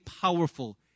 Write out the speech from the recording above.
powerful